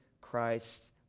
Christ